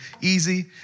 easy